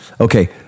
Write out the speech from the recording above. Okay